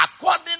According